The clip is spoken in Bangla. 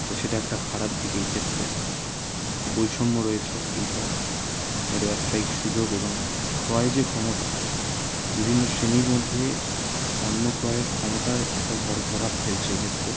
তো সেটা একটা খারাপ দিক এই ক্ষেত্রে বৈষম্য রয়েছে এইটা এটা ব্যবসায়িক সুযোগ এবং ক্রয় যে ক্ষমতা বিভিন্ন শ্রেণীর মধ্যে পণ্য ক্রয়ের ক্ষমতার একটা বড় প্রভাব ফেলছে এক্ষেত্রে